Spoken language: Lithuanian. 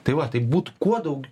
tai va taip būtų kuo daug